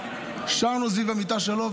שרנו סביב המיטה שלו,